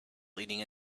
leading